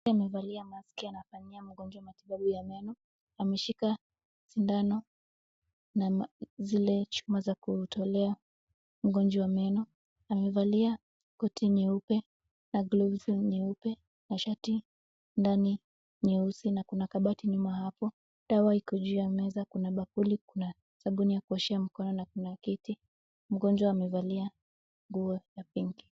Amevalia mask anafanyia mgonjwa matibabu ya meno. Ameshika sindano na zile chuma za kutolea mgonjwa meno. Amevalia koti nyeupe na gloves nyeupe na shati ndani nyeusi na kuna kabati nyuma hapo. Dawa iko juu ya meza, kuna bakuli, kuna sabuni ya kuoshea mikono na kuna kiti. Mgonjwa amevalia nguo ya pink .